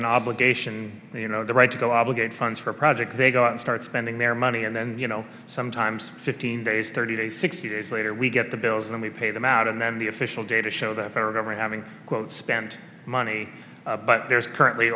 an obligation you know the right to go obligate funds for projects they start spending their money and then you know sometimes fifteen days thirty days sixty days later we get the bills and we pay them out and then the official data show that federal government having quote spend money but there's currently